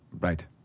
Right